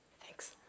Thanks